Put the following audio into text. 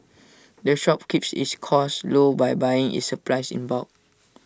the shop keeps its costs low by buying its supplies in bulk